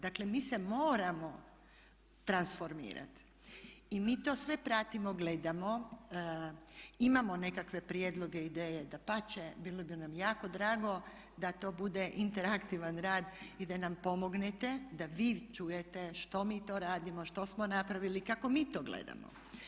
Dakle, mi se moramo transformirati i mi to sve pratimo, gledamo, imamo nekakve prijedloge i ideje dapače bilo bi nam jako drago da to bude interaktivan rad i da nam pomognete, da vi čujete što mi to radimo, što smo napravili, kako mi to gledamo.